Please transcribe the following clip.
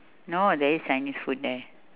no there is chinese food there